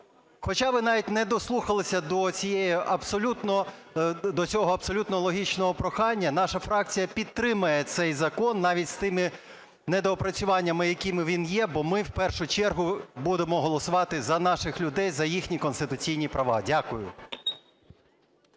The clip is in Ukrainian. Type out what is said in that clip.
Хоча ви навіть не дослухалися до цього абсолютно логічного прохання. Наша фракція підтримає цей закон навіть з тими недопрацюваннями, з якими він є, бо ми в першу чергу будемо голосувати за наших людей, за їхні конституційні права. Дякую.